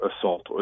assault